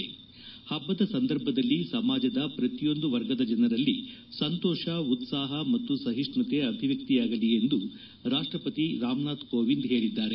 ಈ ಹಬ್ಲದ ಸಂದರ್ಭದಲ್ಲಿ ಸಮಾಜದ ಶ್ರತಿಯೊಂದು ವರ್ಗದ ಜನರಲ್ಲಿ ಸಂತೋಷ ಉತ್ಸಾಹ ಮತ್ತು ಸಹಿಷ್ಟುತೆ ಅಭಿವ್ವಕ್ತವಾಗಲಿ ಎಂದು ರಾಷ್ಟಪತಿ ಕೋವಿಂದ್ ಹೇಳಿದ್ದಾರೆ